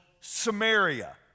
Samaria